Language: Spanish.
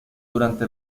durante